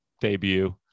debut